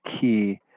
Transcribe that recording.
key